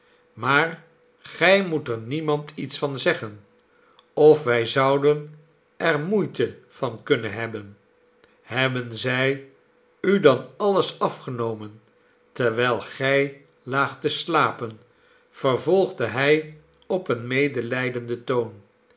maar gij tnoet er niemand iets van zeggen of wij zouden er moeite van kunnen hebben hebben zij u dan alles afgenomen terwijl gij laagt te slapen vervolgde hij op een medelijdenden toon